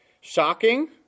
shocking